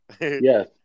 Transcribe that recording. Yes